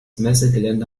messegelände